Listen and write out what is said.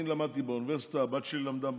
אני למדתי באוניברסיטה, הבת שלי למדה באוניברסיטה,